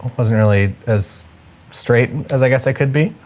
wasn't really as straight as i guess i could be,